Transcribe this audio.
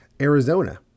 Arizona